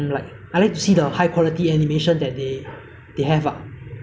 now the what ah the anime uh attack on titan the animation very nice I like